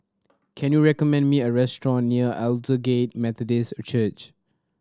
can you recommend me a restaurant near Aldersgate Methodist Church